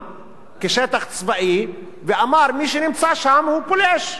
כשטח צבאי ואמר שמי שנמצא שם הוא פולש.